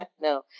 No